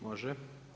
Može.